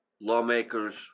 lawmakers